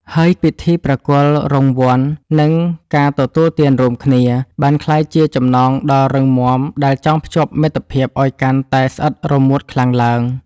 ហើយពិធីប្រគល់រង្វាន់ និងការទទួលទានរួមគ្នា បានក្លាយជាចំណងដ៏រឹងមាំដែលចងភ្ជាប់មិត្តភាពឱ្យកាន់តែស្អិតរមួតខ្លាំងឡើង។